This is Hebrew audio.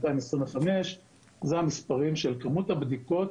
225 אלף - אלה המספרים של כמות בדיקות